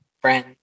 friend